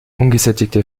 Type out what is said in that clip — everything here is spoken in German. ungesättigte